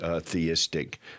theistic